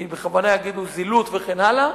כי בכוונה יגידו זילות וכן הלאה.